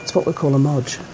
what we call a moj.